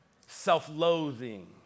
Self-loathing